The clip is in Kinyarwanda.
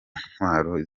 ntwaro